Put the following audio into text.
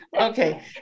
Okay